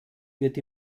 wird